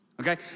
Okay